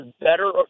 better